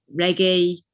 reggae